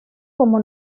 como